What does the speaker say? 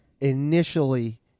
initially